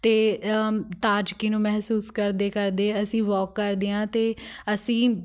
ਅਤੇ ਤਾਜ਼ਗੀ ਨੂੰ ਮਹਿਸੂਸ ਕਰਦੇ ਕਰਦੇ ਅਸੀਂ ਵੋਕ ਕਰਦੇ ਹਾਂ ਅਤੇ ਅਸੀਂ